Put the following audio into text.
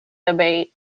debate